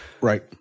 Right